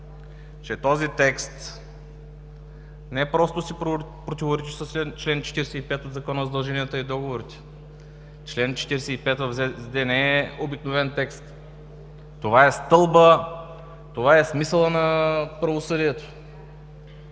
че този текст не просто си противоречи с чл. 45 от Закона за задълженията и договорите. Член 45 от ЗЗД не е обикновен текст. Това е стълбът, това е смисълът на правосъдието.